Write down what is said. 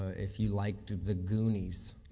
if you liked the goonies,